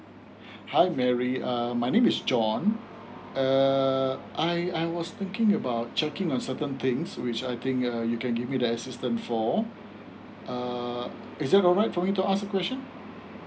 hi mary um my name is john uh I I was thinking about checking on certain things which I think uh you can give me the assistance for uh it's that alright for me to ask the questions